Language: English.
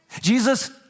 Jesus